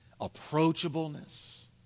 approachableness